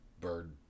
bird